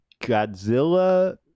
Godzilla